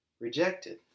rejected